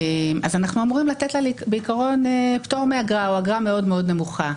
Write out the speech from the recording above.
אז אנחנו אמורים לתת לה פטור מאגרה או אגרה נמוכה מאוד.